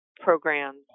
programs